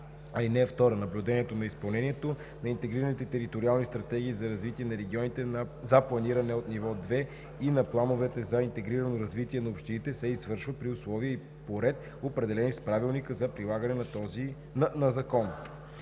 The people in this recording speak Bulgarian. общините. (2) Наблюдението на изпълнението на интегрираните териториални стратегии за развитие на регионите за планиране от ниво 2 и на плановете за интегрирано развитие на общините се извършва при условия и по ред, определени с правилника за прилагане на закона.“